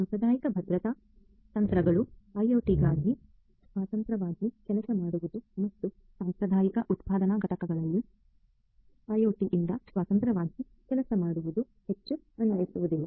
ಸಾಂಪ್ರದಾಯಿಕ ಭದ್ರತಾ ತಂತ್ರಗಳು ಐಟಿಗಾಗಿ ಸ್ವತಂತ್ರವಾಗಿ ಕೆಲಸ ಮಾಡುವುದು ಮತ್ತು ಸಾಂಪ್ರದಾಯಿಕ ಉತ್ಪಾದನಾ ಘಟಕಗಳಲ್ಲಿ ಒಟಿಯಿಂದ ಸ್ವತಂತ್ರವಾಗಿ ಕೆಲಸ ಮಾಡುವುದು ಹೆಚ್ಚು ಅನ್ವಯಿಸುವುದಿಲ್ಲ